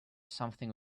something